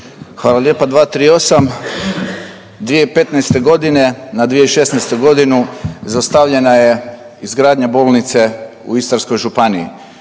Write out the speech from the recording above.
Hvala lijepa. 238., 2015. godine na 2016. godinu zaustavljena je izgradnja bolnice u Istarskoj županiji.